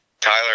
tyler